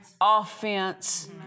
offense